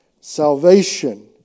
Salvation